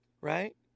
Right